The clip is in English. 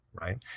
right